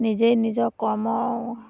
নিজেই নিজৰ কৰ্ম